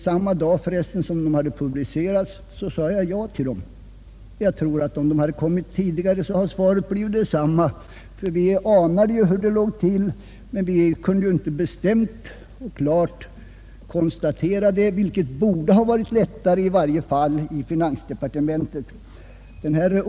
Samma dag som de hade publicerats sade jag ja till dem, och jag tror att om de hade kommit tidigare så hade svaret blivit detsamma. Vi anade hur det låg till, men vi kunde inte bestämt konstatera det. Det borde ha varit lättare att göra det i finansdepartementet.